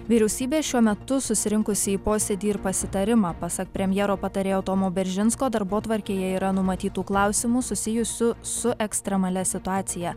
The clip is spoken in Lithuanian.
vyriausybė šiuo metu susirinkusi į posėdį ir pasitarimą pasak premjero patarėjo tomo beržinsko darbotvarkėje yra numatytų klausimų susijusių su ekstremalia situacija